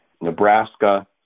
Nebraska